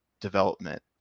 development